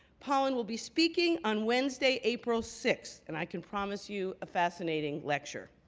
pollan will be speaking on wednesday, april six, and i can promise you a fascinating lecture.